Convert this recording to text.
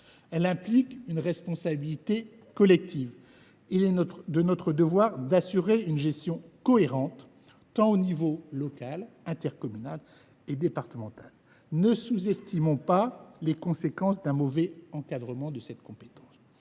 Elle implique une responsabilité collective, et il est de notre devoir d’assurer une gestion cohérente, au niveau tant local qu’intercommunal et départemental. Ne sous estimons pas les conséquences d’un mauvais encadrement de cette compétence